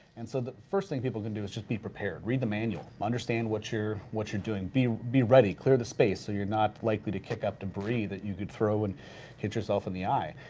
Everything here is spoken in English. and so the first thing people can do is just be prepared, read the manual, understand what you're what you're doing, be be ready, clear the space so you're not likely to kick up debris that you could throw and hit yourself in the eye.